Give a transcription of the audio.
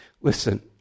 Listen